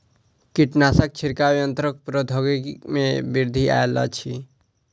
कीटनाशक छिड़काव यन्त्रक प्रौद्योगिकी में वृद्धि आयल अछि